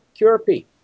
QRP